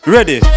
Ready